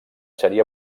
seria